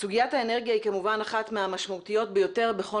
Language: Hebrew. סוגיית האנרגיה היא כמובן אחת המשמעותיות ביותר בכל